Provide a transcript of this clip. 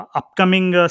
upcoming